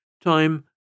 Time